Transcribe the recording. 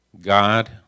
God